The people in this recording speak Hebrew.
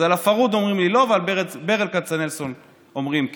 אז על הפרהוד אומרים לי לא ועל ברל כצנלסון אומרים כן?